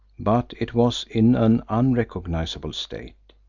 but it was in an unrecognisable state.